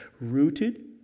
Rooted